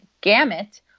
Gamut